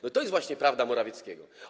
No to jest właśnie prawda Morawieckiego.